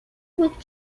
with